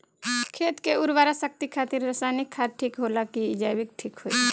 खेत के उरवरा शक्ति खातिर रसायानिक खाद ठीक होला कि जैविक़ ठीक होई?